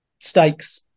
stakes